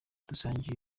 dusangiye